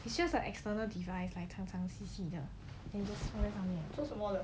it's just a external design like 长长细细的 then just 放在上面